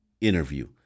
interview